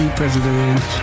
president